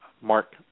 Mark